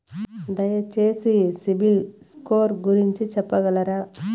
దయచేసి CIBIL score గురించి చెప్పగలరా?